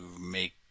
make